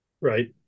Right